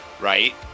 right